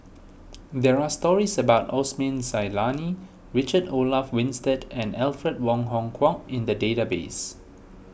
there are stories about Osman Zailani Richard Olaf Winstedt and Alfred Wong Hong Kwok in the database